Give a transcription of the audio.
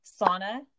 sauna